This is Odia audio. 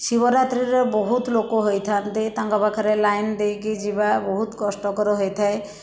ଶିବରାତ୍ରିରେ ବହୁତ ଲୋକ ହେଇଥାଆନ୍ତି ତାଙ୍କ ପାଖରେ ଲାଇନ୍ ଦେଇକି ଯିବା ବହୁତ କଷ୍ଟକର ହେଇଥାଏ